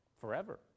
Forever